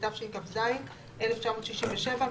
התשכ"ז 1967‏,